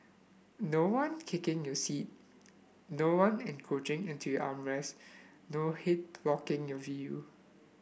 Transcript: no one kicking your seat no one encroaching into your arm rests no head blocking your view